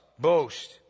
boast